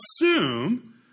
assume